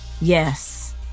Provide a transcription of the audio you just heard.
Yes